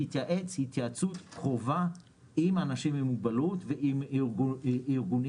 תתייעץ התייעצות קרובה עם אנשים עם מוגבלות ועם ארגונים